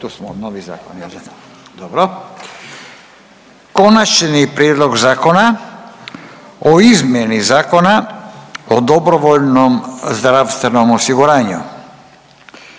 se ne razumije./… Dobro. - Konačni prijedlog Zakona o izmjeni Zakona o dobrovoljnom zdravstvenom osiguranju,